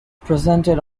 presented